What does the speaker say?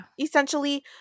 Essentially